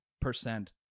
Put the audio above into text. percent